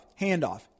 handoff